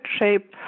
shape